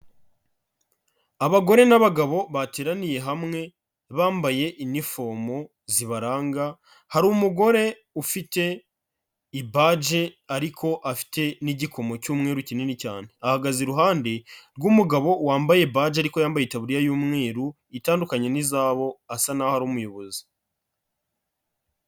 Abagore n'abagabo bateraniye hamwe bambaye inifomu zibaranga, hari umugore ufite ipaje ariko afite n'igikomo cy'umweru kinini cyane, ahagaze iruhande rw'umugabo wambaye baje ariko yambaye itaburiya y'umweru itandukanye n'izabo, asa naho ari umuyobozi.